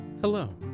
Hello